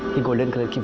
golden coloured